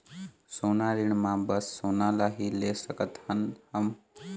सोना ऋण मा बस सोना ला ही ले सकत हन हम?